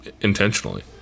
intentionally